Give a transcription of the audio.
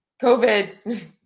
COVID